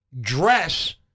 dress